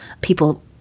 people